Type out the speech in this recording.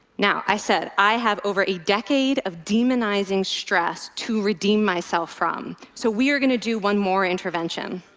now i said i have over a decade of demonizing stress to redeem myself from, so we are going to do one more intervention.